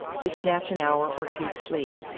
to snatch an hour or two's sleep.